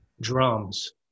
drums